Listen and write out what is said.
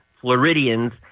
Floridians